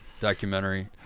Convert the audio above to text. documentary